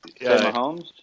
mahomes